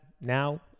now